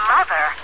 Mother